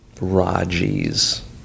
Raji's